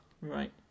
Right